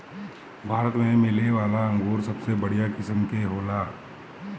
भारत में मिलेवाला अंगूर सबसे बढ़िया किस्म के होला